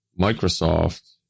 microsoft